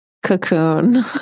cocoon